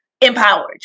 empowered